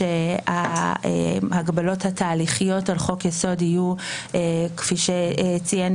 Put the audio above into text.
שההגבלות התהליכיות על חוק יסוד יהיו - כפי שציין